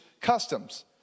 customs